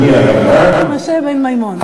על שם משה בן מימון.